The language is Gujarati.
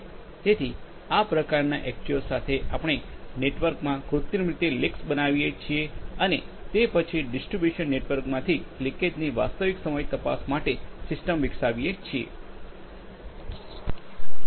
તેથી આ પ્રકારના એક્ટ્યુએટર્સ સાથે આપણે આ નેટવર્ક્સમાં કૃત્રિમ રીતે લીક્સ બનાવીએ છીએ અને તે પછી ડિસ્ટ્રિબ્યુશન નેટવર્કમાંથી લિકેજની વાસ્તવિક સમય તપાસ માટે સિસ્ટમ વિકસાવીએ છીએ